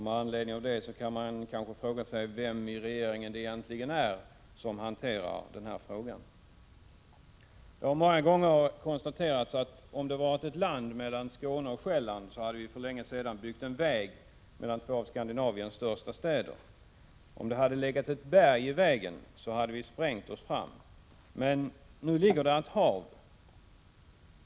Med anledning av detta kan man kanske fråga sig vem i regeringen det egentligen är som hanterar denna fråga. Det har många gånger konstaterats att om det hade varit land mellan Skårie och Själland hade vi för länge sedan byggt en väg mellan två av Skandinaviens största städer. Om det hade legat ett berg i vägen hade vi sprängt oss fram. Men nu ligger där ett hav.